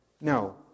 No